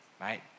right